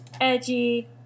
Edgy